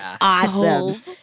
awesome